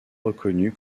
reconnu